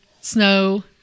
snow